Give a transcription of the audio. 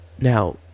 now